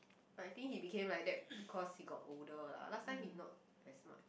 but I think he became like that because he got older lah last time he not as smart